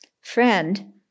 Friend